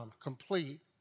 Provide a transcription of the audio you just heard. complete